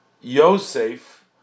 Yosef